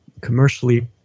commercially